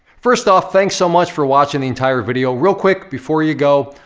first off, thanks so much for watching the entire video. real quick, before you go.